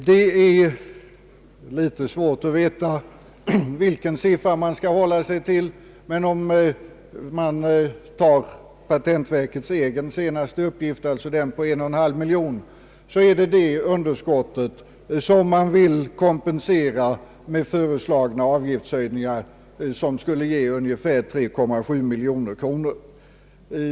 Det är svårt att veta vilken siffra man skall hålla sig till, men om man stannar för patentverkets egen senaste uppgift föreligger alltså ett underskott på 1,5 miljon kronor, som man vill kompensera med föreslagna avgiftshöjningar vilka skulle ge ungefär 3,7 miljoner kronor.